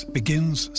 begins